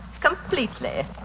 Completely